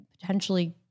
potentially